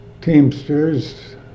Teamsters